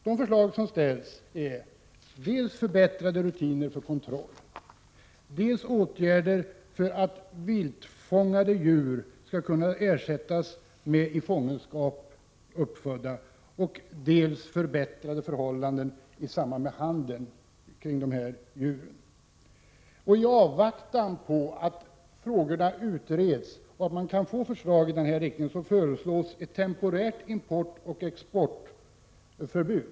De förslag som ställs gäller förbättrade rutiner för kontroll, åtgärder för att viltfångade djur skall kunna ersättas med i fångenskap uppfödda, och slutligen förbättrade förhållanden i samband med handeln med djur. I avvaktan på utredningar och förslag i den här riktningen föreslås ett temporärt importoch exportförbud.